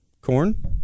corn